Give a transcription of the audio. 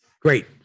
Great